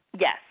Yes